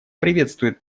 приветствует